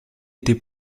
été